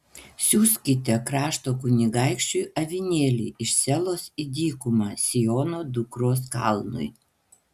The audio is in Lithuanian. siųskite krašto kunigaikščiui avinėlį iš selos į dykumą siono dukros kalnui